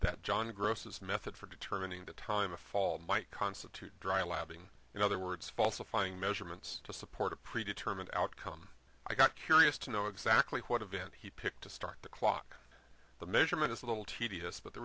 that john gross is method for determining the time of fall might constitute dry lapping in other words falsifying measurements to support a pre determined outcome i got curious to know exactly what event he picked to start the clock the measurement is a little tedious